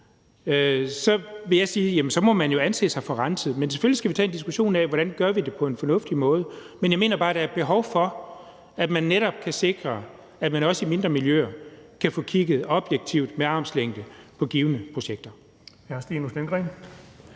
så må vedkommende jo anse sig som renset. Selvfølgelig skal vi tage en diskussion af, hvordan vi gør det på en fornuftig måde. Men jeg mener bare, der er behov for, at man netop kan sikre, at man også i mindre miljøer kan få kigget objektivt med armslængde på givne projekter.